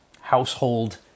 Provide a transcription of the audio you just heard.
household